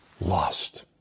lost